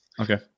Okay